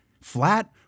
flat